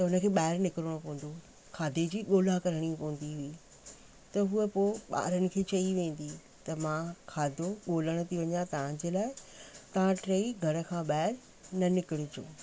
त उनखे ॿाहिरि निकिरणो पवंदो हुओ खाधे जी ॻोल्हा करणी पवंदी हुई त हूअ पोइ ॿारनि खे चई वेंदी त मां खाधो ॻोल्हण थी वञां तव्हां जे लाइ त टई घर खां ॿाहिरि न निकिरजो